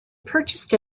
purchased